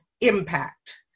impact